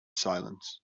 silence